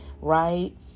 right